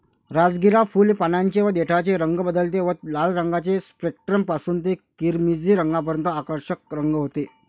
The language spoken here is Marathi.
राजगिरा फुल, पानांचे व देठाचे रंग बदलते व लाल रंगाचे स्पेक्ट्रम पासून ते किरमिजी रंगापर्यंत आकर्षक रंग होते